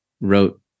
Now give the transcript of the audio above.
wrote